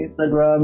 Instagram